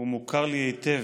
הוא מוכר לי היטב,